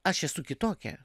aš esu kitokia